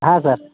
ಹಾಂ ಸರ್